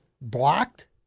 blocked